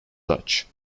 dutch